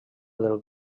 del